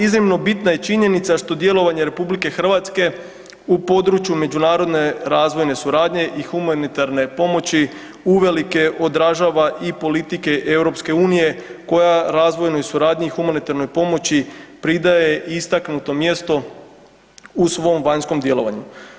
Iznimno bitna je činjenica što djelovanje RH u području međunarodne razvojne suradnje i humanitarne pomoći uvelike održava i politike EU koja razvojnoj suradnji i humanitarnoj pomoći pridaje istaknuto mjesto u svom vanjskom djelovanju.